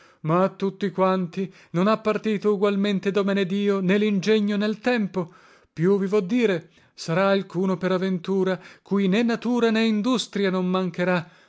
ma a tutti quanti non ha partito ugualmente domenedio né lingegno né l tempo più vi vo dire sarà alcuno per aventura cui né natura né industria non mancherà